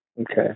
Okay